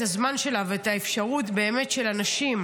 הזמן שלה ושתהיה האפשרות באמת של אנשים